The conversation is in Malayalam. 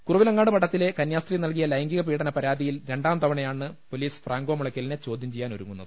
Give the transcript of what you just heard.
കുറുവിലങ്ങാട് മഠത്തിലെ കന്യാസ്ത്രീ നൽകിയ ലൈംഗിക പീഡന പരാതിയിൽ രണ്ടാം തവണയാണ് പൊലീസ് ഫ്രാങ്കോ മുളയ്ക്കലിനെ ചോദ്യം ചെയ്യാനൊരുങ്ങുന്നത്